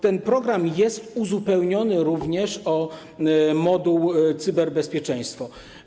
Ten program jest uzupełniony o moduł: cyberbezpieczeństwo.